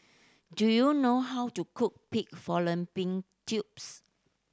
do you know how to cook pig fallopian tubes